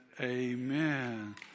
amen